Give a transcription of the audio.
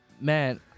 Man